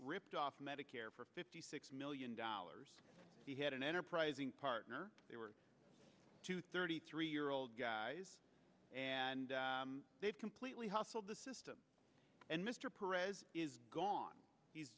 ripped off medicare for fifty six million dollars he had an enterprising partner they were to thirty three year old guys and they've completely hustled the system and mr perez is gone he's